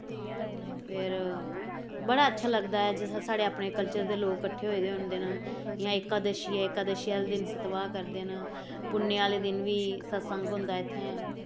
फिर बड़ा अच्छा लगदा ऐ जिसलै साढ़े अपने कल्चर दे लोग कट्ठे होए दे होंदे न जि'यां एकादशी ऐ एकादशी आह्ले दिन सतवाह् करदे न पु'न्नेआं आह्ले दिन बी सत्संग होंदा इ'त्थें